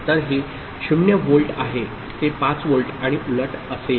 तर हे 0 व्होल्ट आहे ते 5 व्होल्ट आणि उलट असेल